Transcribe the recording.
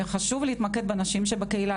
חשוב להתמקד בנשים שבקהילה,